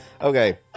Okay